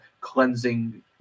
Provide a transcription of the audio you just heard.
cleansing